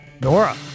Nora